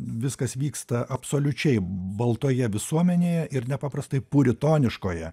viskas vyksta absoliučiai baltoje visuomenėje ir nepaprastai puritoniškoje